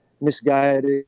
misguided